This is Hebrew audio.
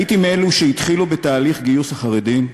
הייתי מאלו שהתחילו בתהליך גיוס החרדים,